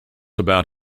about